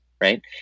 Right